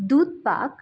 দুধ পাক